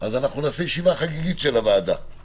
אז נעשה ישיבה חגיגית של הוועדה;